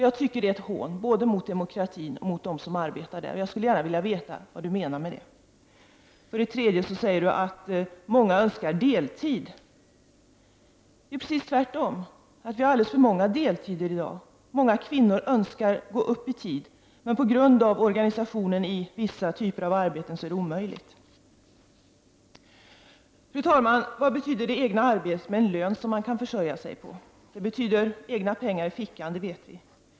Jag tycker att det är ett hån mot demokratin och dem som arbetar för den. Jag skulle gärna vilja veta vad Mona Saint Cyr menar med det. För det tredje säger Mona Saint Cyr att många önskar arbeta deltid. Det är precis tvärtom. Det är alldeles för många deltidare i dag. Många kvinnor önskar gå upp i tid, men på grund av organisationen i vissa typer av arbeten är det omöjligt. Fru talman! Vad betyder det egna arbetet med en lön som man kan försörja sig på? Det betyder egna pengar i fickan, det vet vi.